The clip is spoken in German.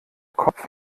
kopf